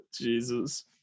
Jesus